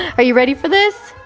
are you ready for this?